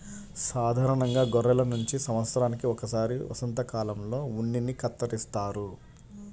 సాధారణంగా గొర్రెల నుంచి సంవత్సరానికి ఒకసారి వసంతకాలంలో ఉన్నిని కత్తిరిస్తారు